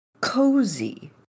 cozy